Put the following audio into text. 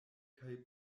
kaj